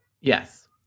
Yes